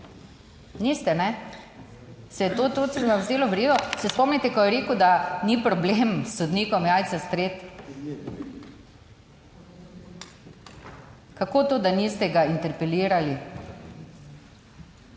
niste, kajne? Se je to vam zdelo v redu? Se spomnite, ko je rekel, da ni problem sodnikom jajca streti? Kako to, da niste ga interpelirali?